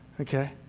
okay